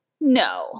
No